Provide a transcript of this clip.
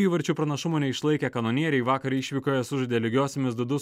įvarčių pranašumo neišlaikė kanonieriai vakar išvykoje sužaidė lygiosiomis du du